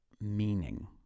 meaning